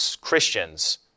Christians